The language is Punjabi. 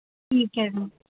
ਠੀਕ ਹੈ ਜੀ